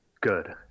Good